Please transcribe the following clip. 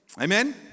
Amen